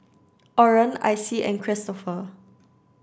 Orren Icy and Kristoffer